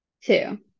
Two